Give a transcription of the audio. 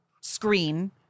screen